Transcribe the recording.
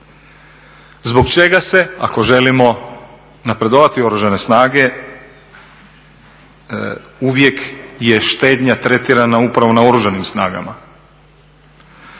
Zbog čega se ako želimo napredovati Oružane snage uvijek je štednja tretirana upravo na Oružanim snagama.